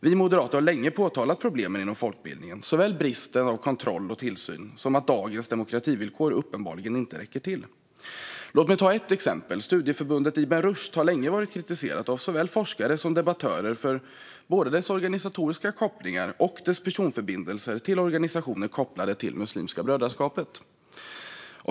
Vi moderater har länge påtalat problemen inom folkbildningen, såväl bristen på kontroll och tillsyn som att dagens demokrativillkor uppenbarligen inte räcker till. Låt mig ta ett exempel! Studieförbundet Ibn Rushd har länge varit kritiserat av såväl forskare som debattörer för både dess organisatoriska kopplingar och dess personförbindelser till organisationer kopplade till Muslimska brödraskapet.